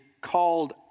called